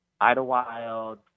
Idlewild